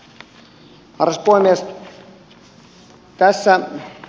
arvoisa puhemies